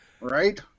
Right